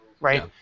right